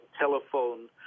telephone